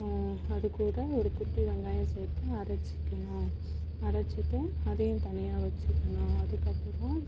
அதுக்கூட ஒரு குட்டி வெங்காயம் சேர்த்து அரைச்சிக்கணும் அரைச்சிட்டு அதையும் தனியாக வச்சுக்கணும் அதுக்கப்புறம்